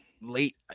late